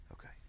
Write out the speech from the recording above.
Okay